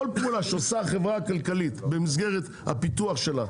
כל פעולה שעושה החברה הכלכלית במסגרת הפיתוח שלה,